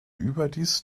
überdies